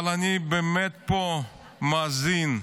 אבל אני, באמת, פה מאזין,